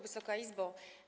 Wysoka Izbo!